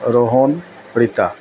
Rohan Rita